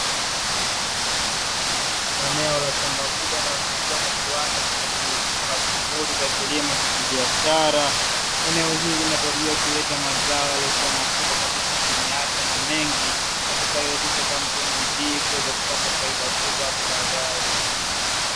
Eneo la shamba kubwa, linalomilikiwa na kiwanda kinachojihusisha na shughuli za kilimo cha kibiashara. Eneo hili linatarajiwa kuleta mazao yaliyokuwa makubwa kabisa na yenye afiya na mengi; yatakayowezesha kampuni hii kuweza kupata faida kubwa hapo baadaye.